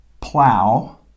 plow